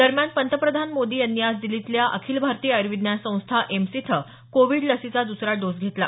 दरम्यान पंतप्रधान मोदी यांनी आज दिल्लीतल्या अखिल भारतीय आयूर्विज्ञान संस्था एम्स इथं कोविड लसीचा दसरा डोस घेतला